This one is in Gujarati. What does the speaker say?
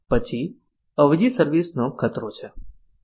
પછી અવેજી સર્વિસ નો ખતરો છે